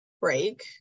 break